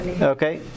Okay